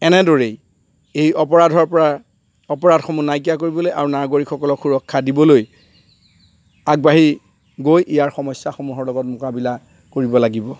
এনেদৰেই এই অপৰাধৰ পৰা অপৰাধসমূহ নাইকিয়া কৰিবলৈ আৰু নাগৰিকসকলক সুৰক্ষা দিবলৈ আগবাঢ়ি গৈ ইয়াৰ সমস্যাসমূহৰ লগত মোকাবিলা কৰিব লাগিব